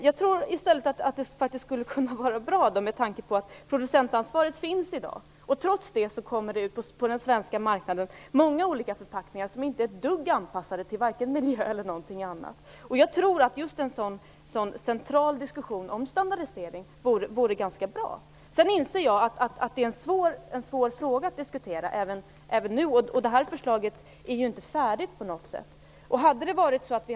Jag tror i stället att det faktiskt skulle kunna vara bra, med tanke på att producentansvaret finns och att det ändå kommer ut många olika förpackningar på den svenska marknaden som inte är ett dugg anpassade till vare sig miljön eller något annat. Jag tror att just en central diskussion om standardisering vore ganska bra. Jag inser att det är en svår fråga att diskutera, och förslaget är ju inte på något sätt färdigt.